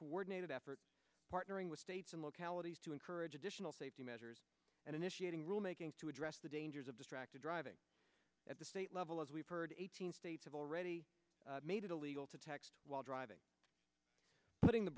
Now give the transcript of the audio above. coordinated effort partnering with states and localities to encourage additional safety measures and initiating rulemaking to address the dangers of distracted driving at the state level as we've heard eighteen states have already made it illegal to text while driving putting the